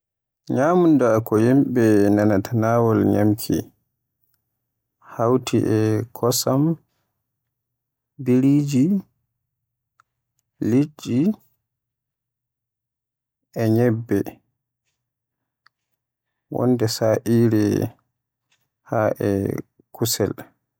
Nyamunda ko yimbe nanaata nawol nyamki hawti e laalaje, kosam, biriji, liɗɗi e nyebbe, wonde sa'ire haa e kusel